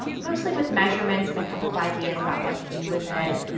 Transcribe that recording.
um mostly with measurements and a couple of ideas about what to do with it.